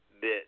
bit